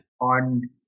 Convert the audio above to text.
on